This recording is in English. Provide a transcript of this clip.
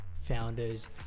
founders